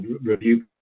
review